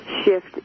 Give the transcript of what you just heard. shift